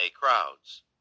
crowds